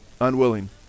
Unwilling